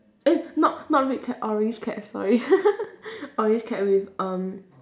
eh not not red cap orange cap sorry orange cap with um